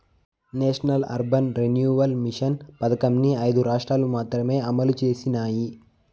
national urban renewal mission పథకంని ఐదు రాష్ట్రాలు మాత్రమే అమలు చేసినాయి